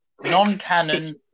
Non-canon